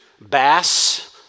Bass